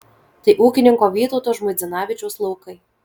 tai ūkininko vytauto žmuidzinavičiaus laukai